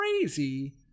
crazy